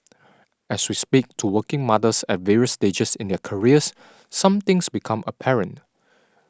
as we speak to working mothers at various stages in their careers some things become apparent